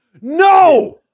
No